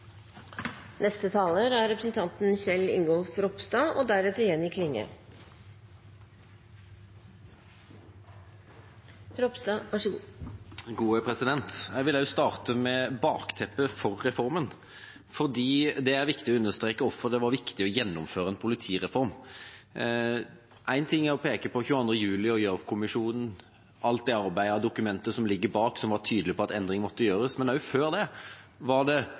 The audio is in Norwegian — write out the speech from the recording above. Jeg vil også starte med bakteppet for reformen. Det er viktig å understreke hvorfor det var viktig å gjennomføre en politireform. Én ting er å peke på 22. juli, Gjørv-kommisjonen og alt det arbeidet og de dokumentene som ligger bak, og som var tydelige på at endringer måtte gjøres, men også før det var det